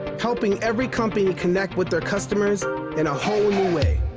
helping every company connect with their customers in a whole new way.